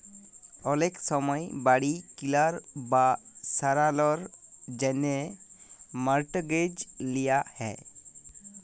অলেক সময় বাড়ি কিলার বা সারালর জ্যনহে মর্টগেজ লিয়া হ্যয়